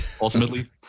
ultimately